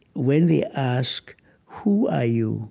when they ask who are you